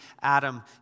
Adam